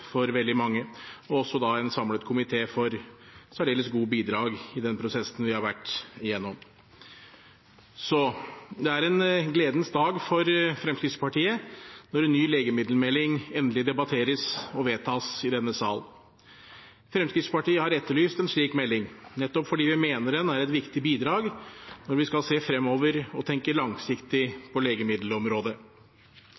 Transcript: for veldig mange, og også en samlet komité for særdeles gode bidrag i den prosessen vi har vært igjennom. Det er en gledens dag for Fremskrittspartiet når en ny legemiddelmelding endelig debatteres og vedtas i denne sal. Fremskrittspartiet har etterlyst en slik melding, nettopp fordi vi mener den er et viktig bidrag når vi skal se fremover og tenke langsiktig